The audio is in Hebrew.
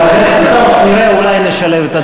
19:30. 19:30?